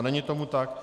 Není tomu tak.